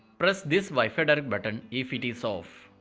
press this wifi direct button if it is off.